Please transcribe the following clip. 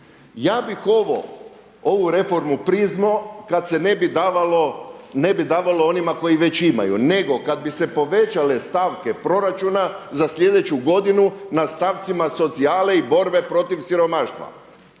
ja bih ovo, ovu reformu priznao kad se ne bi davalo onima koji već imaju, nego kad bi se povećale stavke proračuna za sljedeću godinu na stavcima socijale i borbe protiv siromaštva.